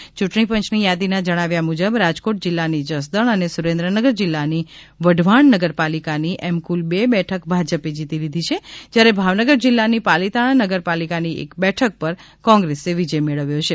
યૂંટણી પંચની યાદીના જણાવ્યા મુજબ રાજકોટ જિલ્લાની જસદણ અને સુરેન્દ્રનગર જિલ્લાની વઢવાણ નગરપાલિકાની એમ કુલ બે બેઠક ભાજપે જીતી લીધી છે જ્યારે ભાવનગર જિલ્લાની પાલિતાણા નગરપાલિકાની એક બેઠક પર કોંગ્રેસ વિજય મેળવ્યો છે